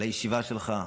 לישיבה שלך.